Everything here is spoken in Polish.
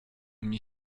mnie